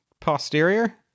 posterior